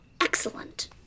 Excellent